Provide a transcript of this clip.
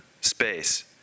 space